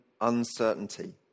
uncertainty